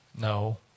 No